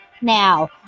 Now